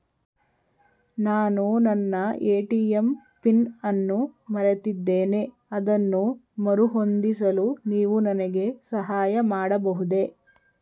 ನಾನು ನನ್ನ ATM PIN ಅನ್ನು ಮರೆತಿದ್ದೇನೆ ಅದನ್ನು ಮರುಹೊಂದಿಸಲು ನೀವು ನನಗೆ ಸಹಾಯ ಮಾಡಬಹುದೇ?